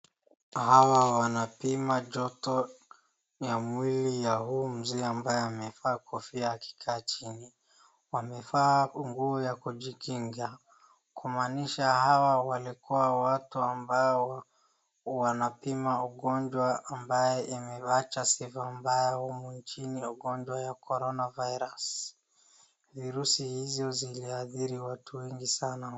Hawa wanapima joto ya mwili ya huyu mzee ambaye amevaa kofia akikaa chini. Wamevaa nguo ya kujikinga, kumaanisha hawa walikuwa watu ambao wanapima ugonjwa ambaye imewacha sifa mbaya humu nchini, ugonjwa ya corona virus Virusi hizo ziliadhiri watu wengi sana.